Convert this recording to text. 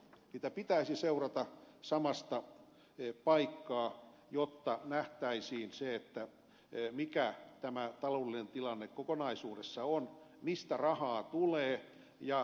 niitä pitäisi seurata samasta paikasta jotta nähtäisiin se mikä tämä taloudellinen tilanne kokonaisuudessaan on mistä rahaa tulee